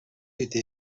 été